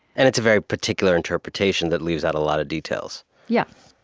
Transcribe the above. and it's a very particular interpretation that leaves out a lot of details yeah